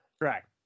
Correct